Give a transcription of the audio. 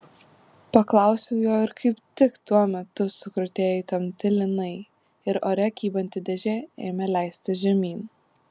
paklausiau jo ir kaip tik tuo metu sukrutėjo įtempti lynai ir ore kybanti dėžė ėmė leistis žemyn